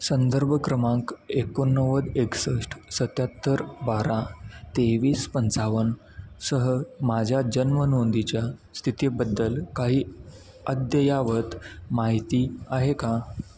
संदर्भ क्रमांक एकोणनव्वद एकसष्ट सत्याहत्तर बारा तेवीस पंचावन्न सह माझ्या जन्मनोंदीच्या स्थितीबद्दल काही अद्ययावत माहिती आहे का